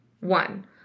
One